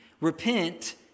repent